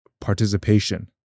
participation